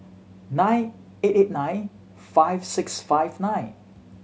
nine eight eight nine five six five nine